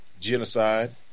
genocide